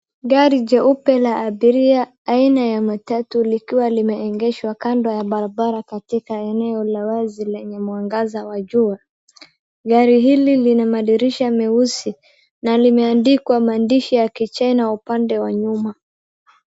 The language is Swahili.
Gari jeupe la abiria aina ya matatu likiwa limeegeshwa kando ya barabara katika eneo la wazi lenye mwangaza wa jua. Gari hili lina madirisha meusi na limeandikwa maandishi ya kichina upande wa nyuma.